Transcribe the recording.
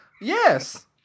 Yes